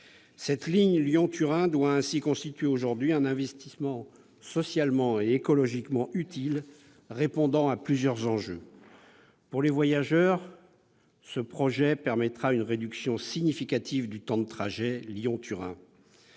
La ligne Lyon-Turin doit ainsi constituer un investissement socialement et écologiquement utile répondant à plusieurs enjeux. Pour les voyageurs, ce projet entraînera une réduction significative du temps de trajet Lyon-Turin.